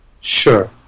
sure